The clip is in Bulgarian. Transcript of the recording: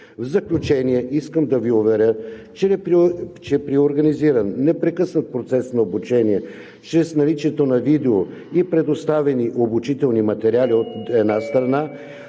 В заключение искам да Ви уверя, че при организиран непрекъснат процес на обучение чрез наличието на видео и предоставени обучителни материали, от една страна,